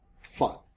fun